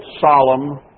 solemn